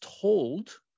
told